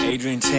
Adrian